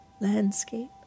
landscape